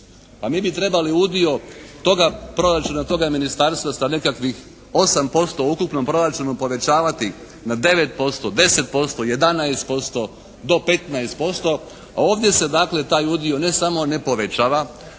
Pa mi bi trebali udio toga proračuna, toga ministarstva sa nekakvih 8% u ukupnom proračunu povećavati na 9%, 10%, 11% do 15% a ovdje se dakle taj udio ne samo ne povećava